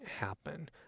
happen